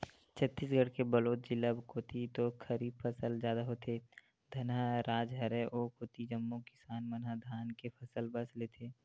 छत्तीसगढ़ के बलोद जिला कोती तो खरीफ फसल जादा होथे, धनहा राज हरय ओ कोती जम्मो किसान मन ह धाने के फसल बस लेथे